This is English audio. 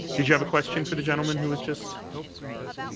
did you have a question for the gentleman who was just